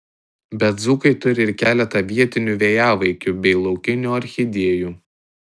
bet dzūkai turi ir keletą vietinių vėjavaikių bei laukinių orchidėjų